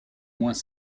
moins